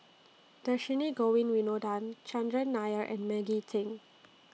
Dhershini Govin Winodan Chandran Nair and Maggie Teng